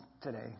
today